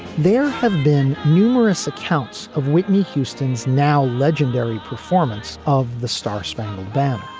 there have been numerous accounts of whitney houston's now legendary performance of the star spangled banner.